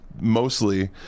mostly